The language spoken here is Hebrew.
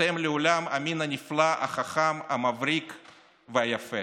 אתן לעולם המין הנפלא, החכם, המבריק והיפה.